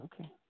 Okay